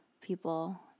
people